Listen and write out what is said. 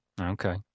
Okay